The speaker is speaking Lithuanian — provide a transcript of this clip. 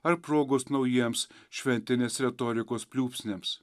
ar progos naujiems šventinės retorikos pliūpsniams